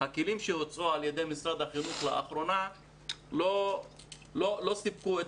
הכלים שהוצעו על ידי משרד החינוך לאחרונה לא סיפקו את